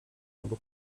albo